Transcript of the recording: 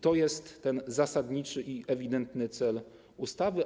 To jest zasadniczy i ewidentny cel ustawy.